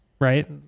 Right